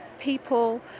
people